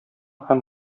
һәм